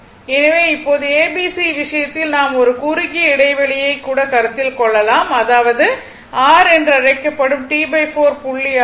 எனவே இப்போது a b c விஷயத்தில் நாம் ஒரு குறுகிய இடைவெளியைக் கூட கருத்தில் கொள்ளலாம் அதாவது r என்று அழைக்க படும் T4 புள்ளி ஆகும்